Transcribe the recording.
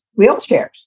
wheelchairs